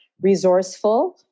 resourceful